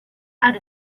out